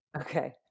Okay